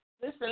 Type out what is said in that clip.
Listen